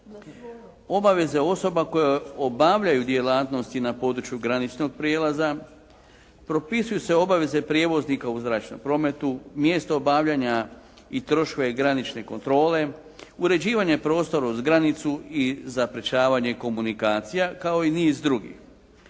obaveze osoba koje obavljaju djelatnosti na području graničnog prijelaza. Propisuju se obaveze prijevoznika u zračnom prometu, mjesto obavljanja i troškove granične kontrole, uređivanje prostora uz granicu i zaprečavanje komunikacija, kao i niz drugih.